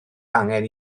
angen